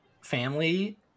family